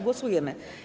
Głosujemy.